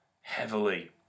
Heavily